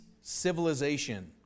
civilization